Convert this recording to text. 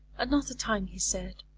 another time he said,